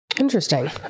Interesting